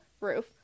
roof